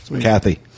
Kathy